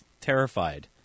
terrified